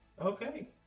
Okay